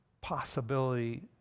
possibility